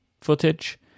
footage